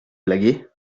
blaguez